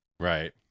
Right